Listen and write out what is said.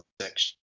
section